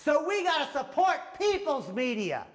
so we got support people's media